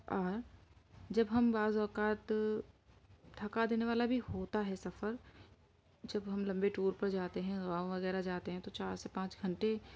اور جب ہم بعض اوقات تھکا دینے والا بھی ہوتا ہے سفر جب ہم لمبے ٹور پر جاتے ہیں گاؤں وغیرہ جاتے ہیں تو چار سے پانچ گھنٹے